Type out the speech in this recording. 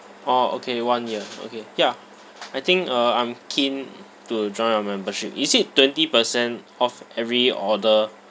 orh okay one year okay ya I think uh I'm keen to join your membership is it twenty percent off every order